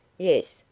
yes.